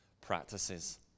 practices